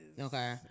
Okay